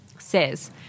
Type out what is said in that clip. says